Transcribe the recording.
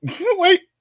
wait